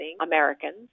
Americans